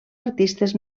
artistes